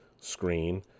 screen